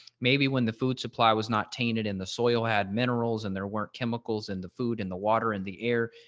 maybe when the food supply was not tainted in the soil had minerals and there weren't chemicals in the food and the water in the air.